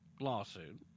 lawsuit